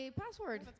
password